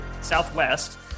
southwest